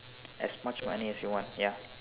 as much money as you want ya